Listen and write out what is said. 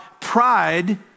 pride